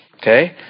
Okay